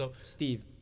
Steve